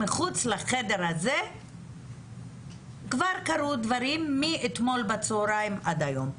מחוץ לחדר הזה כבר קרו דברים מאתמול בצוהריים עד היום.